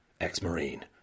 Ex-Marine